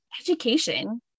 education